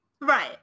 right